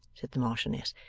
said the marchioness,